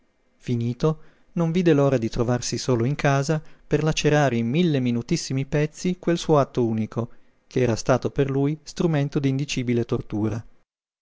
finito non vide l'ora di trovarsi solo in casa per lacerare in mille minutissimi pezzi quel suo atto unico ch'era stato per lui strumento d'indicibile tortura